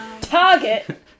Target